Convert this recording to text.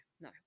no